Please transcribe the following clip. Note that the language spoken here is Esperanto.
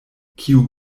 kiu